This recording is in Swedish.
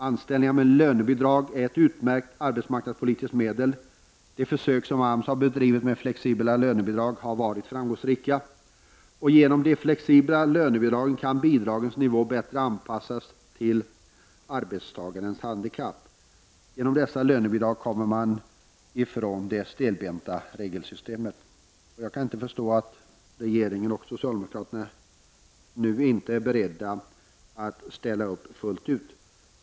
Anställningar med lönebidrag är ett utmärkt arbetsmarknadspolitiskt medel. De försök som AMS har bedrivit med flexibla lönebidrag har varit framgångsrika. Genom de flexibla lönebidragen kan bidragets nivå bättre anpassas till arbetstagarens handikapp. Genom dessa lönebidrag kommer man ifrån det stelbenta regelsystemet. Jag kan inte förstå att regeringen och socialdemokraterna inte är beredda att ställa upp fullt ut.